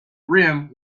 rim